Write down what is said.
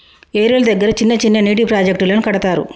ఏరుల దగ్గర చిన్న చిన్న నీటి ప్రాజెక్టులను కడతారు